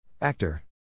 Actor